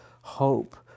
hope